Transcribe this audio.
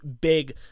big